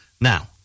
Now